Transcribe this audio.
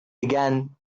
began